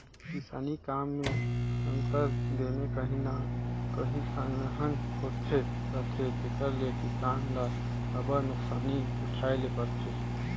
किसानी काम में आंतर दिने काहीं न काहीं अलहन होते रहथे तेकर ले किसान ल अब्बड़ नोसकानी उठाए ले परथे